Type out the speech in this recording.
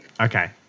okay